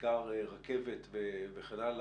בעיקר רכבת וכן הלאה,